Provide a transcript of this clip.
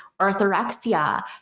orthorexia